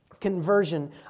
conversion